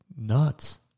nuts